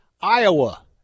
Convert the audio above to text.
iowa